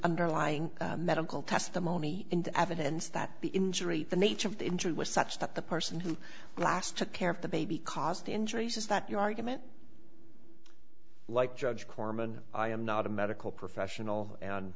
underlying medical testimony and evidence that the injury the nature of the injury was such that the person who last took care of the baby caused the injuries is that your argument like judge korman i am not a medical professional and